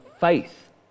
faith